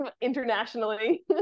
internationally